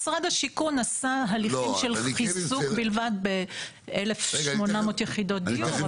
משרד השיכון עשה הליכים של חיזוק בלבד ב-1,800 יחידות דיור.